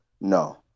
No